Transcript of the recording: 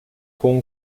com